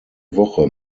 woche